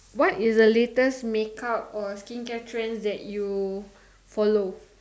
what is the latest make up or skincare trends that you follow